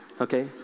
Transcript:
okay